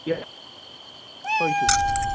দিয়ক থৈছোঁ